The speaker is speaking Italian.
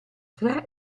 tra